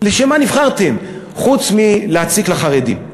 לשם מה נבחרתם חוץ מלהציק לחרדים?